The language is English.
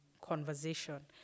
conversation